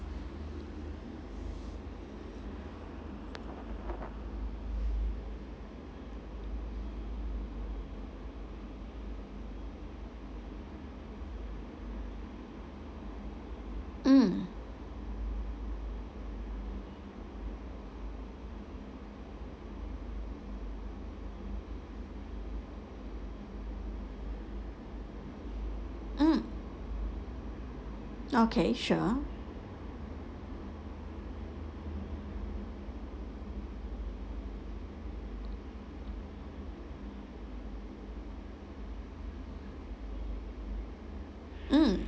mm mm okay sure mm